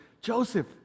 Joseph